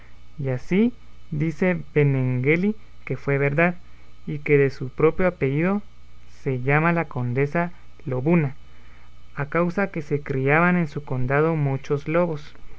y así dice benengeli que fue verdad y que de su propio apellido se llama la condesa lobuna a causa que se criaban en su condado muchos lobos